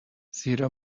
زیرا